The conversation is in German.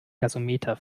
gasometer